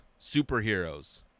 superheroes